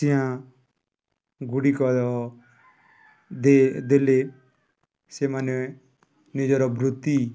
ଚିଆଁ ଗୁଡ଼ିକର ଦେ ଦେଲେ ସେମାନେ ନିଜର ବୃତ୍ତି